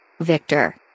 Victor